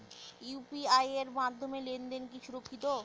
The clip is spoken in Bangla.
ইউ.পি.আই এর মাধ্যমে লেনদেন কি সুরক্ষিত?